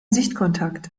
sichtkontakt